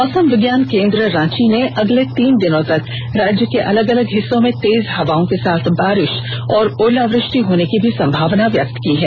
मौसम विज्ञान केन्द्र रांची ने अगले तीन दिनों तक राज्य के अलग अलग हिस्सों में तेज हवा के साथ बारिष और ओलावृष्टि की संभावना व्यक्त की है